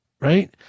Right